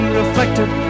reflected